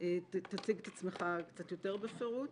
תציג את עצמך קצת יותר בפירוט.